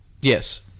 Yes